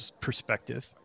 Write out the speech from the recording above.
perspective